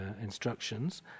instructions